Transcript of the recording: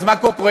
אז מה קורה?